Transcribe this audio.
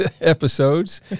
episodes